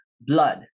blood